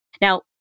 Now